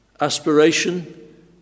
aspiration